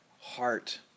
Heart